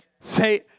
say